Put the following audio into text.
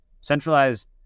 centralized